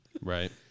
Right